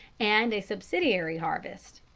and a subsidiary harvest.